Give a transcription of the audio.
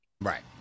Right